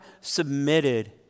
submitted